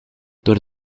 door